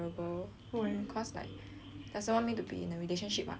doesn't want me to be in a relationship [what] so when he came to my house right